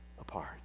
apart